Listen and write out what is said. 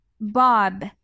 Bob